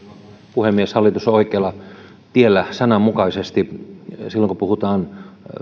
puhemies hallitus on oikealla tiellä sananmukaisesti silloin kun puhutaan